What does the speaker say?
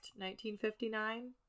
1959